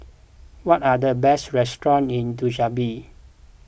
what are the best restaurants in Dushanbe